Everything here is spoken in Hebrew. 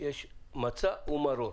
יש מצה ומרור.